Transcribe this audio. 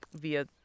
via